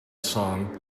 song